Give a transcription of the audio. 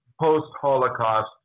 post-Holocaust